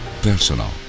personal